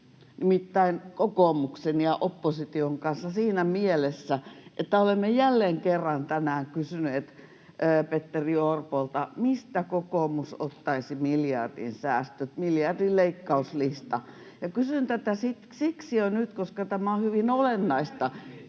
nimittäin kokoomuksen ja opposition kanssa siinä mielessä, että olemme jälleen kerran tänään kysyneet Petteri Orpolta, mistä kokoomus ottaisi miljardin säästöt, miljardin leikkauslistan. [Jukka Gustafsson: 7 miljardia!] Ja kysyn tätä siksi nyt, koska tämä on hyvin olennaista,